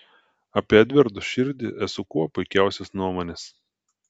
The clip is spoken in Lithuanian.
apie edvardo širdį esu kuo puikiausios nuomonės